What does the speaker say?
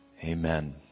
Amen